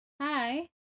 Hi